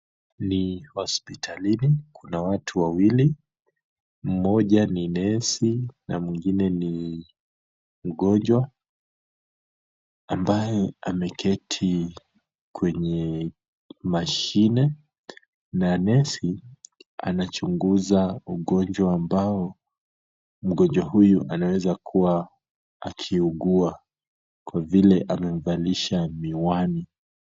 Ni hosipitalini, kuna watu wawili, mmoja ni nesi na mwingine ni mgojwa, ambaye ameketi kwenye mashine na nesi anachunguza ugonjwa ambao mgonjwa huyu anaweza kuwa akiugua, Kwa vile amemvalisha miwani.